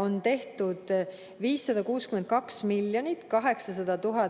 on tehtud 562 800 000